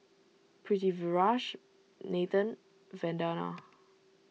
Pritiviraj Nathan Vandana